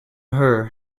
her